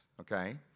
okay